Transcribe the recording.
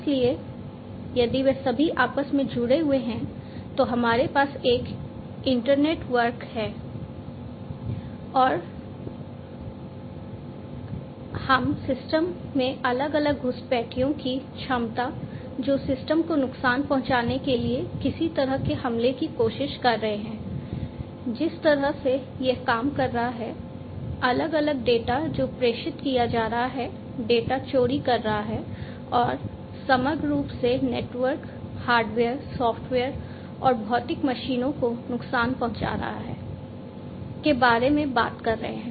इसलिए यदि वे सभी आपस में जुड़े हुए हैं तो हमारे पास एक इंटरनेटवर्क है और हम सिस्टम में अलग अलग घुसपैठियों की क्षमता जो सिस्टम को नुकसान पहुंचाने के लिए किसी तरह के हमले की कोशिश कर रहे हैं जिस तरह से यह काम कर रहा है अलग अलग डेटा जो प्रेषित किया जा रहा है डेटा चोरी कर रहा है और समग्र रूप से नेटवर्क हार्डवेयर सॉफ़्टवेयर और भौतिक मशीनों को नुकसान पहुंचा रहा है के बारे में बात कर रहे हैं